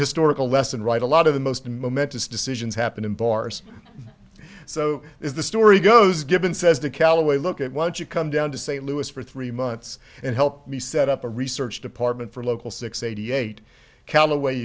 historical lesson right a lot of the most momentous decisions happen in bars so is the story goes given says the callaway look at once you come down to st louis for three months and help me set up a research department for local six eighty eight callaway